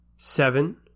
Seven